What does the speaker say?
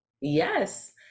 Yes